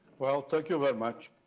well thank you very much.